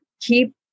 keep